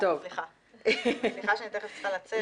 סליחה שאני תיכף צריכה לצאת.